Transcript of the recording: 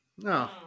No